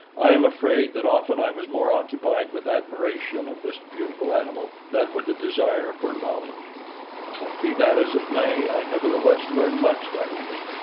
i am afraid that often i was more occupied with admiration of this beautiful animal than with a desire for knowledge but be that as it may, i nevertheless learned much that evening,